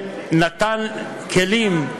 ונטל כלים,